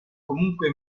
comunque